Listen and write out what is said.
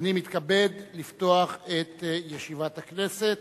ואני מתכבד לפתוח את ישיבת הכנסת.